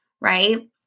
right